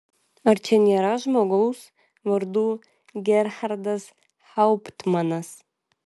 ar čia nėra žmogaus vardu gerhardas hauptmanas